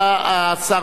השר לשעבר,